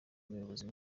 umuyobozi